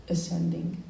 Ascending